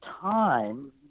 time